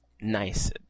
nice